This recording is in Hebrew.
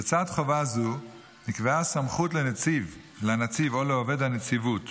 בצד חובה זו נקבעה סמכות לנציב או לעובד הנציבות